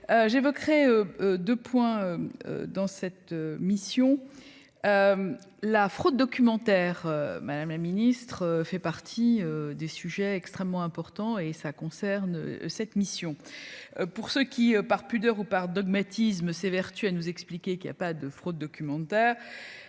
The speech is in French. j'évoquerai 2 points dans cette mission, la fraude documentaire, madame la ministre, fait partie des sujets extrêmement importants et ça concerne cette mission pour ceux qui par pudeur ou par dogmatisme s'évertuent à nous expliquer qu'il n'y a pas de fraude documentaire,